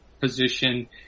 position